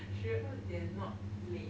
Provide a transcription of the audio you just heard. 十二点 not late